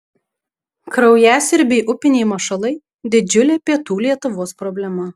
kraujasiurbiai upiniai mašalai didžiulė pietų lietuvos problema